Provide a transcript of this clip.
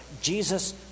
Jesus